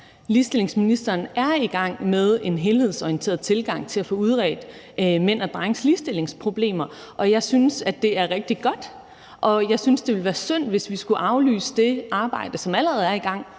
Ligestillingsministeren er i gang med en helhedsorienteret tilgang til at få udredt mænd og drenges ligestillingsproblemer, og jeg synes, det er rigtig godt, og jeg synes, det ville være synd, hvis vi skulle aflyse det arbejde, som allerede er i gang,